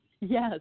Yes